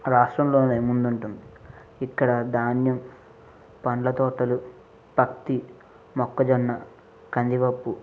రాష్ట్రంలో ముందు ఉంటుంది ఇక్కడ ధాన్యం పండ్లతోటలు పత్తి మొక్కజొన్న కందిపప్పు